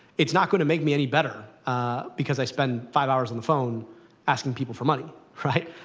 it's not going to make me any better because i spend five hours on the phone asking people for money, right.